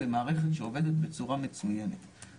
לתקשורת חולה סרטן שאומר שהוא לא מקבל טיפול.